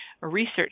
research